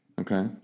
Okay